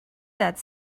that